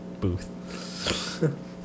booth